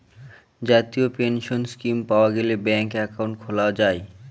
জাতীয় pension scheme পাওয়া গেলে ব্যাঙ্কে একাউন্ট খোলা যায়